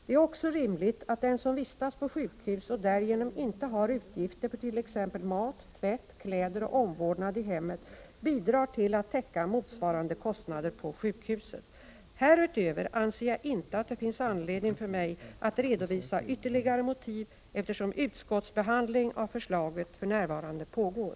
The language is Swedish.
Det är också rimligt att den som vistas på sjukhus och därigenom inte har utgifter för t.ex. mat, tvätt, kläder och omvårdnad i hemmet bidrar till att täcka motsvarande kostnader på sjukhuset. Härutöver anser jag inte att det finns anledning för mig att redovisa ytterligare motiv, eftersom utskottsbehandling av förslaget för närvarande pågår.